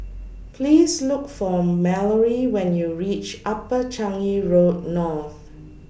Please Look For Malorie when YOU REACH Upper Changi Road North